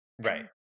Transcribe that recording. Right